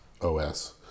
OS